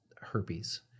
herpes